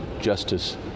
Justice